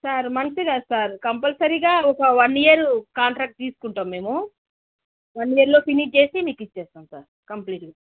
sir మంచిగా sir కంపల్సరిగా ఒక వన్ ఇయర్ కాంట్రాక్ట్ తీసుకుంటాము మేము వన్ ఇయర్లో ఫినిష్ చేసి మీకు ఇచ్చేస్తాము సార్ కంప్లీట్గా